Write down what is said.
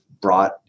brought